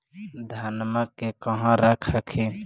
धनमा के कहा रख हखिन?